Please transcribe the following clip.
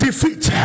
Defeat